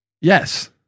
Yes